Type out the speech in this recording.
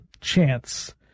chance